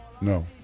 No